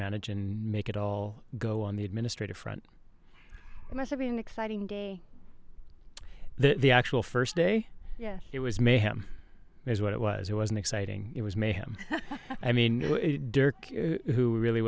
manage and make it all go on the administrative front and that's to be an exciting day the actual first day yeah it was mayhem is what it was it was an exciting it was mayhem i mean who really